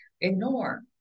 ignore